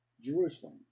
Jerusalem